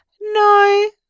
No